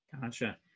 Gotcha